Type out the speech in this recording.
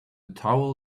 towel